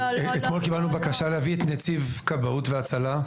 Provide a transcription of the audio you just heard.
אתמול קיבלנו בקשה להביא את נציב כבאות והצלה,